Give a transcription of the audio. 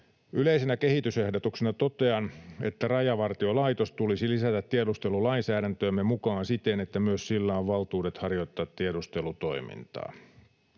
Yleisenä kehitysehdotuksena totean, että Rajavartiolaitos tulisi lisätä tiedustelulainsäädäntöömme mukaan siten, että myös sillä on valtuudet harjoittaa tiedustelutoimintaa.